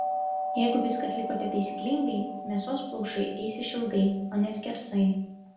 jeigu viską atlikote taisyklingai mėsos plaušai eis išilgai o ne skersai